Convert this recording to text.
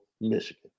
Michigan